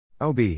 OB